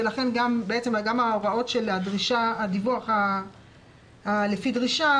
ולכן גם ההוראות של הדיווח לפי דרישה,